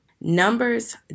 Numbers